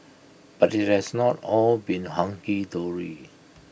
but IT has not all been hunky dory